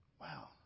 Wow